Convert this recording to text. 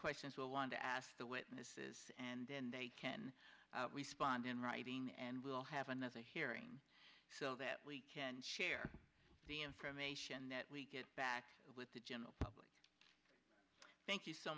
questions we'll want to ask the witnesses and then they can respond in writing and we'll have another hearing so that we can share the information that we get back with the general public thank you so